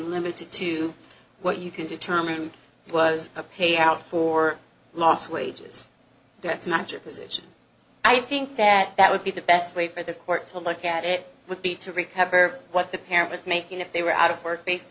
limited to what you can determine was a payout for lost wages that's not your position i think that that would be the best way for the court to look at it would be to recover what the parent was making if they were out of work based